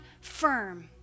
firm